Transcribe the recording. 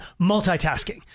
multitasking